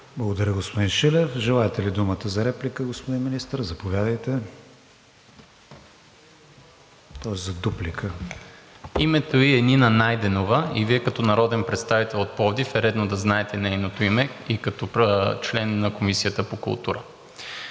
Благодаря, господин Шилев. Желаете ли думата за реплика, господин Министър – заповядайте, тоест за дуплика. МИНИСТЪР АТАНАС АТАНАСОВ: Името ѝ е Нина Найденова и Вие като народен представител от Пловдив е редно да знаете нейното име и като член на Комисията по културата.